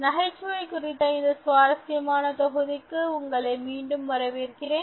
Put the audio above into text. நகைச்சுவை குறித்த இந்த சுவாரஸ்யமான தொகுதிக்கு உங்களை மீண்டும் வரவேற்கிறேன்